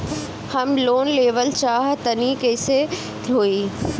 हम लोन लेवल चाह तानि कइसे होई?